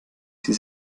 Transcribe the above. sie